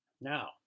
Now